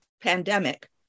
pandemic